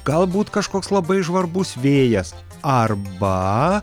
galbūt kažkoks labai žvarbus vėjas arba